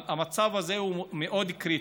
המצב הזה הוא מאוד קריטי.